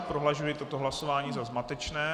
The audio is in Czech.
Považuji toto hlasování za zmatečné.